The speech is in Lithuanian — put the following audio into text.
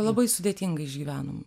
labai sudėtingai išgyvenom